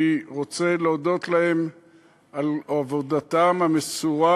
אני רוצה להודות להם על עבודתם המסורה,